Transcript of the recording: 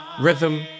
rhythm